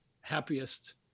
happiest